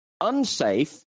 unsafe